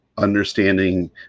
understanding